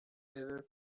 ever